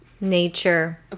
Nature